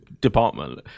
department